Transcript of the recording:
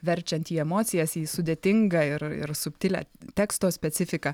verčiant į emocijas į sudėtingą ir ir subtilią teksto specifiką